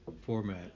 format